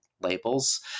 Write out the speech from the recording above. labels